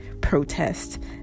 protest